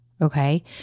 Okay